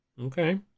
Okay